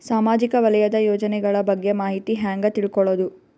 ಸಾಮಾಜಿಕ ವಲಯದ ಯೋಜನೆಗಳ ಬಗ್ಗೆ ಮಾಹಿತಿ ಹ್ಯಾಂಗ ತಿಳ್ಕೊಳ್ಳುದು?